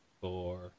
four